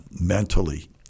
mentally